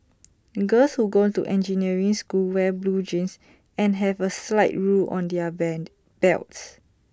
girls who go to engineering school wear blue jeans and have A slide rule on their Band belts